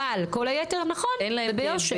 אבל כל היתר נכון - וביושר.